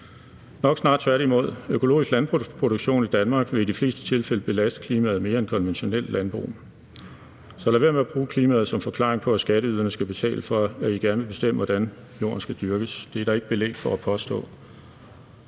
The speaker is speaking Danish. nok snarere tværtimod. Økologisk landbrugsproduktion i Danmark vil i de fleste tilfælde belaste klimaet mere end konventionelt landbrug. Så lad være med at bruge klimaet som forklaring på, at skatteyderne skal betale for, at I gerne vil bestemme, hvordan jorden skal dyrkes. Det er der ikke belæg for at påstå.